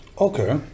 okay